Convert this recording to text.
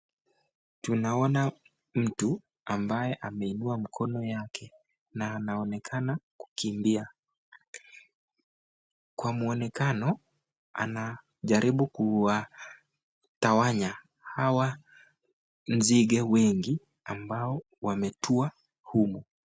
Tunaona mtu ambaye ameinua mkono yake na anaonekana kukimbia. Kwa muonekano anajaribu kuwatawanya hawa nzige wengi ambao wametua humu.